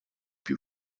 più